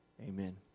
Amen